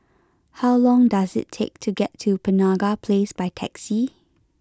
how long does it take to get to Penaga Place by taxi